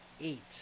eight